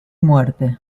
muerte